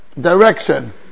direction